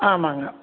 ஆமாங்க